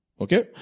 Okay